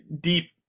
deep